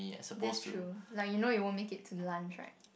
there's true like you know you won't make it to lunch right